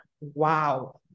wow